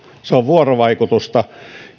se on vuorovaikutusta